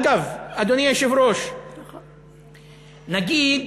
אגב, אדוני היושב-ראש, נגיד,